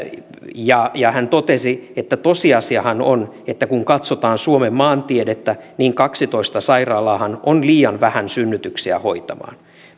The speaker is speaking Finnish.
hän totesi tosiasiahan on että kun katsotaan suomen maantiedettä niin kahdentoista sairaalaahan on liian vähän synnytyksiä hoitamaan